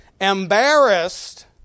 embarrassed